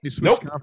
Nope